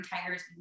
Tigers